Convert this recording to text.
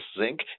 zinc